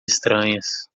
estranhas